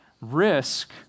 Risk